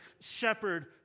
Shepherd